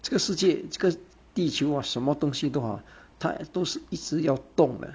这个世界这个地球 ah 什么东西都好它都是一直要动的